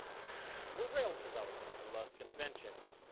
we're rails developers, we love conventions.